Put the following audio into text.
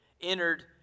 entered